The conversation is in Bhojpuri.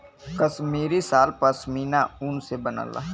कसमीरी साल पसमिना ऊन से बनला